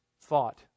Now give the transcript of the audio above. thought